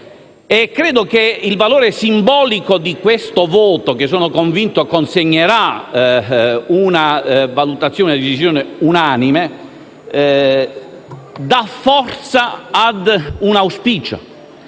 Credo che il valore simbolico di questo voto, che sono convinto consegnerà una valutazione ed una visione unanime, dia forza all'auspicio